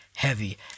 heavy